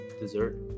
dessert